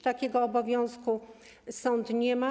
Takiego obowiązku sąd nie ma.